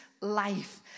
Life